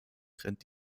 trennt